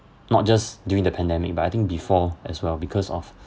not just during the pandemic but I think before as well because of